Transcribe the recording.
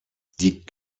die